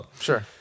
sure